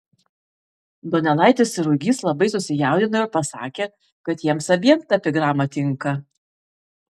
donelaitis ir ruigys labai susijaudino ir pasakė kad jiems abiem ta epigrama tinka